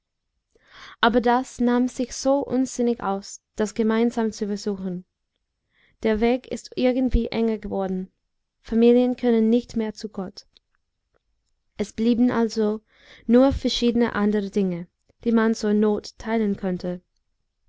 aber das nahm sich so unsinnig aus das gemeinsam zu versuchen der weg ist irgendwie enger geworden familien können nicht mehr zu gott es blieben also nur verschiedene andere dinge die man zur not teilen konnte